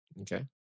Okay